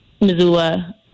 Missoula